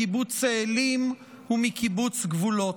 מקיבוץ צאלים ומקיבוץ גבולות.